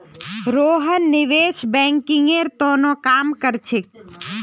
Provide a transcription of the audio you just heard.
रोहन निवेश बैंकिंगेर त न काम कर छेक